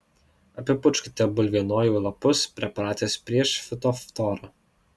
apipurkškite bulvienojų lapus preparatais prieš fitoftorą